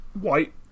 white